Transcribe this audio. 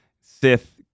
Sith